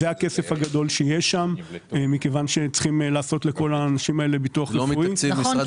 זה לא מתקציב משרד הבריאות?